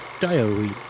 diary